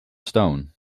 stone